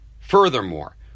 Furthermore